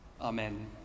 Amen